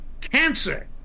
cancer